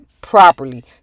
properly